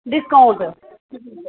discount